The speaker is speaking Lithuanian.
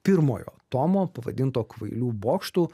pirmojo tomo pavadinto kvailių bokštu